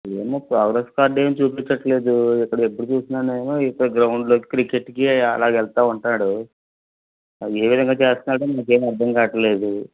ఏమో progress card ఏమి చూపించట్లేదు ఇక్కడ ఎప్పుడు చూసిన ఏమో ఇక్కడ గ్రౌండ్లో క్రికెట్కి అలాగే వెళ్తా ఉంటాడు ఏవిధంగా చేస్తున్నాడో మాకు ఏమి అర్ధం కావట్లేదు